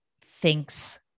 thinks